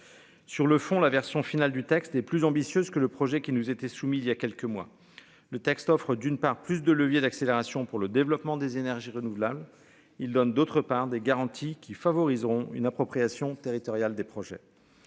Sur le fond, la version finale du texte et plus ambitieuse que le projet qui nous était soumis il y a quelques mois le texte Offres d'une part plus de leviers d'accélération pour le développement des énergies renouvelables. Il donne d'autre part des garanties qui favoriseront une appropriation territoriale des projets.